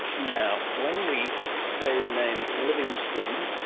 now, when we say the name livingstone.